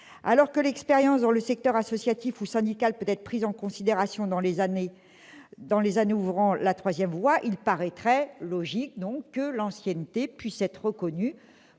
Alors que l'expérience dans le secteur associatif ou syndical peut être prise en considération dans les années ouvrant la troisième voie, il semblerait logique que l'ancienneté puisse être reconnue